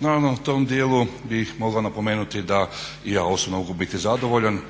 Naravno u tom djelu bih mogao napomenuti da i ja osobno mogu biti zadovoljan